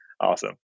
Awesome